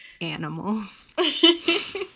animals